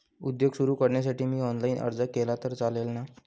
उद्योग सुरु करण्यासाठी मी ऑनलाईन अर्ज केला तर चालेल ना?